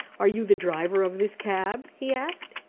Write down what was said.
are you the driver of this cab? he asked.